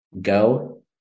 go